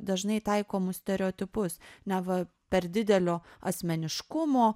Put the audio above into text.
dažnai taikomus stereotipus neva per didelio asmeniškumo